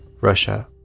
Russia